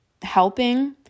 helping